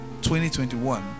2021